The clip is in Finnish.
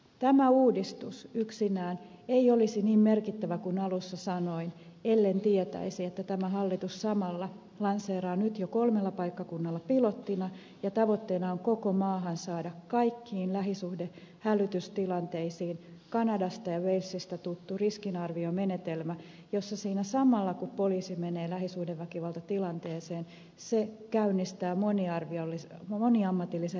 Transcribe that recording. tämä uudistus yksinään ei olisi niin merkittävä kuin alussa sanoin ellen tietäisi että tämä hallitus samalla lanseeraa nyt jo kolmella paikkakunnalla pilottina olevan ja tavoitteena on saada tämä koko maahan kaikkiin lähisuhdehälytystilanteisiin kanadasta ja walesista tutun riskinarviomenetelmän jossa samalla kun poliisi menee lähisuhdeväkivaltatilanteeseen se käynnistää moniammatillisen riskinarviointiprosessin